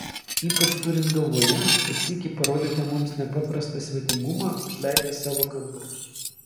ypač turint galvoje kad sykį parodėte mums nepaprastą svetingumą užleidęs savo kambarius